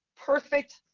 perfect